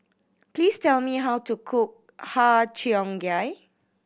please tell me how to cook Har Cheong Gai